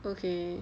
okay